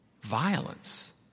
violence